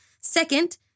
Second